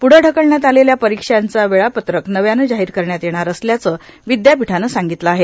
पुढं ढकलण्यात आलेल्या परीक्षांचा वेळापत्रक नव्यानं जाहीर करण्यात येणार असल्याचं विद्यापीठानं सांगितलं आहे